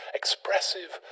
expressive